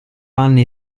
anni